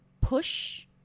push